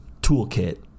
toolkit